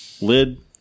Lid